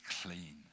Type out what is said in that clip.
clean